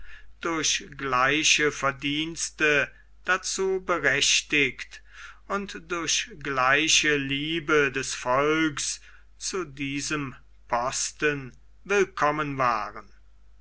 durch gleiche verdienste dazu berechtigt und durch gleiche liebe des volks zu diesem posten willkommen waren